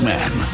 Man